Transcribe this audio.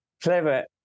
clever